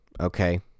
Okay